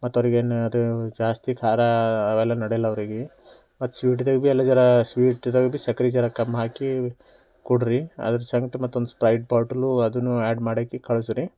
ಮತ್ತೆ ಅವರಿಗೆ ಏನಾರೂ ಜಾಸ್ತಿ ಖಾರ ಅವೆಲ್ಲಾ ನಡೆಯಲ್ಲ ಅವ್ರಿಗೆ ಮತ್ತೆ ಸ್ವೀಟ್ದಾಗ ಭೀ ಎಲ್ಲ ಜರಾ ಸ್ವೀಟ್ದಾಗ್ಬಿ ಸಕ್ರೆ ಜರಾ ಕಮ್ಮಿ ಹಾಕಿ ಕೊಡ್ರಿ ಅದ್ರ ಸಂಗ್ಟ ಮತ್ತೊಂದು ಸ್ಪ್ರೈಟ್ ಬಾಟಲು ಅದನ್ನೂ ಆ್ಯಡ್ ಮಾಡಾಕಿ ಕಳಿಸ್ರಿ